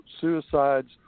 suicides